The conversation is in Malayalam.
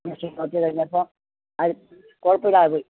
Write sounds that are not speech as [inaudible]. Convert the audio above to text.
കുറച്ച് കുറച്ച് കഴിഞ്ഞപ്പോൾ അത് [unintelligible]